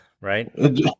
Right